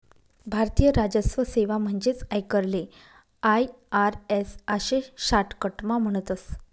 भारतीय राजस्व सेवा म्हणजेच आयकरले आय.आर.एस आशे शाटकटमा म्हणतस